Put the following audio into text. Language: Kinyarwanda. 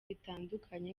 bitandukanye